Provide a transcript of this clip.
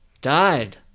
died